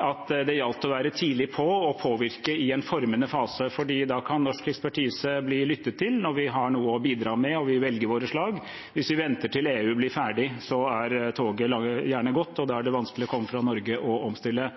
at det gjaldt å være tidlig på og påvirke i en formende fase, for da kan norsk ekspertise bli lyttet til når vi har noe å bidra med, og vi velger våre slag. Hvis vi venter til EU blir ferdig, er toget gjerne gått, og da er det vanskelig å komme fra Norge og omstille.